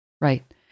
Right